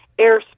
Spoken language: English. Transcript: airspace